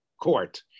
court